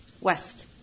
west